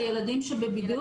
על ילדים בבידוד?